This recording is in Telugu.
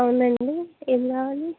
అవునండి ఏం కావాలి